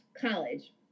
college